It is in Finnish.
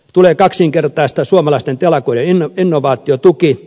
tulee kaksinkertaistaa suomalaisten telakoiden innovaatiotuki